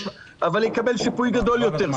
אבל יקבל שיפוי גדול יותר.